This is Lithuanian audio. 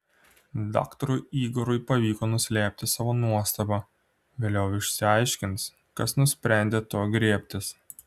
daktarui igorui pavyko nuslėpti savo nuostabą vėliau išsiaiškins kas nusprendė to griebtis